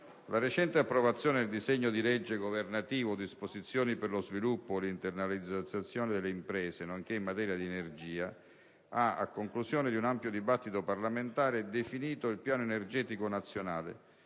la recente approvazione del disegno di legge governativo recante "Disposizioni per lo sviluppo e l'internazionalizzazione delle imprese, nonché in materia di energia" ha, a conclusione di un ampio dibattito parlamentare, definito il piano energetico nazionale